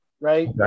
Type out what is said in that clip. right